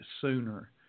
sooner